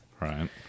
Right